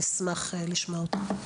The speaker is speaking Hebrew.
אני אשמח לשמוע אותו.